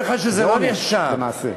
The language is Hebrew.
זה עונש למעשה.